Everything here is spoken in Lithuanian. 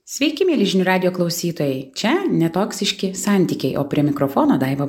sveiki mieli žinių radijo klausytojai čia netoksiški santykiai o prie mikrofono daiva